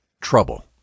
Trouble